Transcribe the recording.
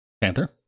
Panther